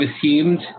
assumed